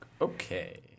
Okay